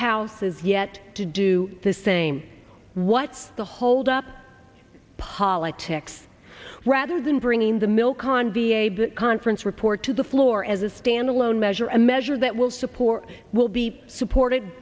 houses yet to do the same what's the holdup politics rather than bringing the milk on the aids conference report to the floor as a standalone measure a measure that will support will be supported